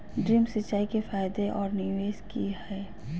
Drip सिंचाई के फायदे और निवेस कि हैय?